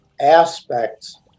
aspects